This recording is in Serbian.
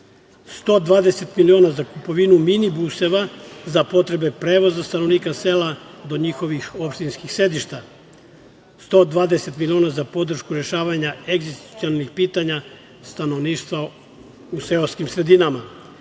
120 miliona za kupovinu minibuseva za potrebe prevoza stanovnika sela do njihovih opštinskih sedišta, 120 miliona za podršku rešavanja egzistencijalnih pitanja stanovništva u seoskim sredinama,